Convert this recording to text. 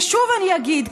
ושוב אני אגיד,